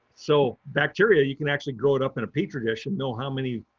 so bacteria you can actually grow it up in a petri dish and know how many,